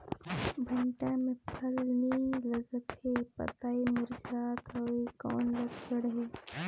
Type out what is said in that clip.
भांटा मे फल नी लागत हे पतई मुरझात हवय कौन लक्षण हे?